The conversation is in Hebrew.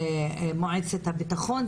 מועצת הביטחון,